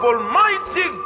Almighty